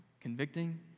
convicting